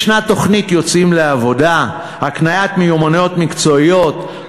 יש תוכנית "יוצאים לעבודה" הקניית מיומנויות מקצועיות,